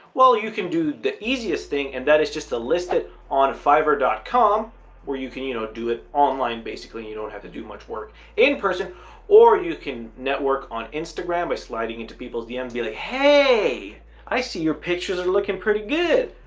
well, you can do the easiest thing and that is just to list it on fiverr dot com where you can you know do it online? basically, you don't have to do much work in person or you can network on instagram by sliding into people's dm um be like hey i see your pictures are looking pretty good.